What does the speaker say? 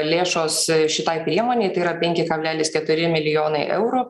lėšos šitai priemonei tai yra penki kablelis keturi milijonai eurų